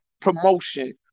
promotion